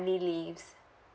family leaves